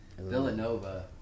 Villanova